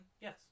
yes